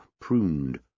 pruned